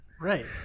Right